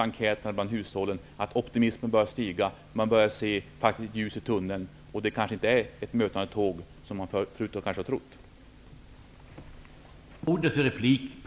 Enkäter bland hushållen visar att optimismen börjar öka och att man faktiskt börjar se ljus i tunneln. Och det är kanske inte ett mötande tåg, som man möjligen har trott tidigare.